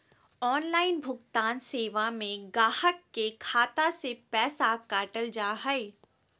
online भुगतान सेवा में गाहक के खाता से पैसा काटल जा हइ